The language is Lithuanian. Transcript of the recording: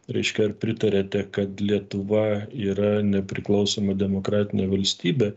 reiškia ar pritariate kad lietuva yra nepriklausoma demokratinė valstybė